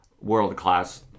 world-class